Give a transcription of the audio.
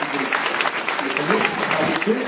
जी लिखलियै तकरा बाद लिखिऔ